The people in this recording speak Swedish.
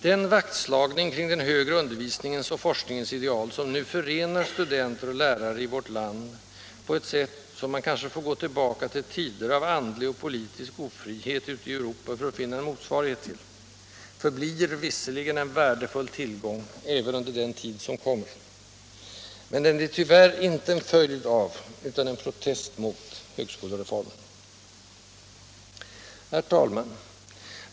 Den vaktslagning kring den högre undervisningens och forskningens ideal, som nu förenar studenter och lärare i vårt land, på ett sätt som man kanske får gå tillbaka till tider av andlig och politisk ofrihet ute i Europa för att finna en motsvarighet till, förblir visserligen en värdefull tillgång även under den tid som kommer. Men den är tyvärr inte en följd av, utan en protest mot ”högskolereformen”. Herr talman!